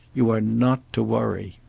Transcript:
you are not to worry.